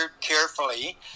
carefully